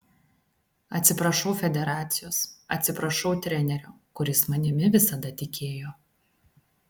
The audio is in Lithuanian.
atsiprašau federacijos atsiprašau trenerio kuris manimi visada tikėjo